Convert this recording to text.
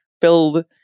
build